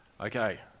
okay